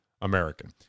American